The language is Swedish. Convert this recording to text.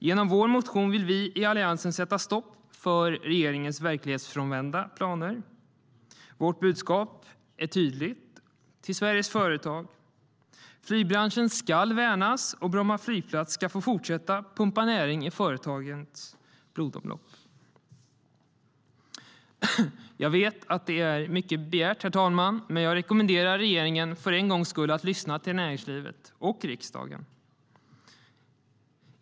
Genom vår motion vill vi i Alliansen sätta stopp för regeringens verklighetsfrånvända planer. Vårt budskap till Sveriges företag är tydligt: Flygbranschen ska värnas, och Bromma flygplats ska få fortsätta pumpa näring i företagens blodomlopp. Jag vet att det är mycket begärt, herr talman, men jag rekommenderar regeringen att för en gångs skull lyssna till näringslivet och riksdagen.